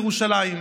של ירושלים.